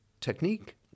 technique